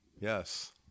Yes